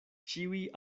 ĉiuj